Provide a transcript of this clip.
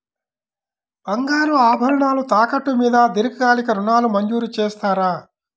బంగారు ఆభరణాలు తాకట్టు మీద దీర్ఘకాలిక ఋణాలు మంజూరు చేస్తారా?